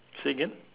say again